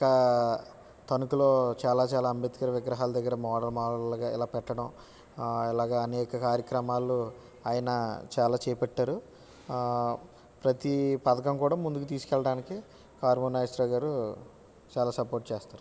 ఇంకా తణుకులో చాలా చాలా అంబేద్కర్ విగ్రహాల దగ్గర మోడల్ మోడల్గా ఇలా పెట్టడం ఇలాగా అనేక కార్యక్రమాలు ఆయన చాలా చేపట్టారు ప్రతి పథకం కూడా ముందుకు తీసుకెళ్ళడానికి కారుమురి నాగేశ్వరావు గారు చాలా సపోర్ట్ చేస్తారు